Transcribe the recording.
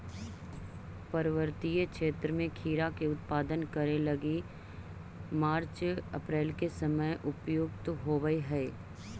पर्वतीय क्षेत्र में खीरा के उत्पादन करे लगी मार्च अप्रैल के समय उपयुक्त होवऽ हई